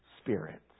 Spirit